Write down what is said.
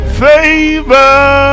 favor